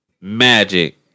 magic